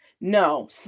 No